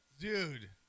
Dude